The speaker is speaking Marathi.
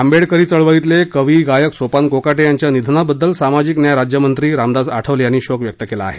आंबेडकरी चळवळीतले कवी गायक सोपान कोकाटे यांच्या निधनाबद्दल सामाजिक न्याय राज्यमंत्री रामदास आठवले यांनी शोक व्यक्त केला आहे